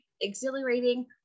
exhilarating